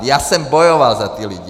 Já jsem bojoval za ty lidi.